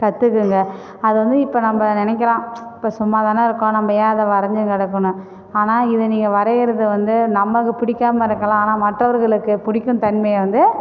கற்றுக்குங்க அதை வந்து இப்போ நம்ம நினைக்கிறோம் இப்போ சும்மா தான இருக்கோம் நம்ம ஏன் அதை வரைஞ்சி கிடக்கணும் ஆனால் இதை நீங்க வரையிறத வந்து நமக்கு பிடிக்காமல் இருக்கலாம் ஆனால் மற்றவர்களுக்கு பிடிக்கும் தன்மையை வந்து